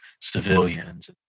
civilians